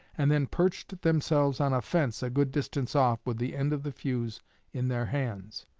and then perched themselves on a fence a good distance off with the end of the fuse in their hands.